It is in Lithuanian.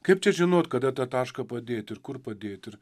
kaip čia žinot kada tą tašką padėti ir kur padėti ir